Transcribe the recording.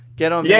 get on yeah